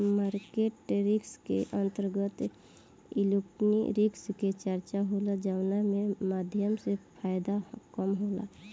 market risk के अंतर्गत equity risk के चर्चा होला जावना के माध्यम से फायदा कम होला